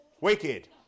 Wicked